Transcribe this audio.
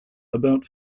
about